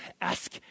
Ask